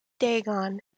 Dagon